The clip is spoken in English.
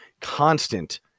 constant